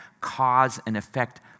cause-and-effect